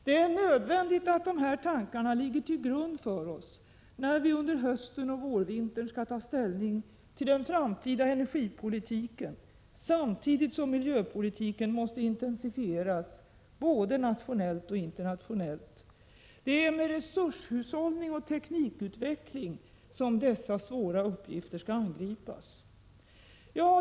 Det är nödvändigt att dessa tankar ligger till grund när vi under hösten och vårvintern skall ta ställning till den framtida energipolitiken, samtidigt som miljöpolitiken måste intensifieras både nationellt och internationellt. Det är med resurshushållning och teknikutveckling som dessa svåra uppgifter skall angripas.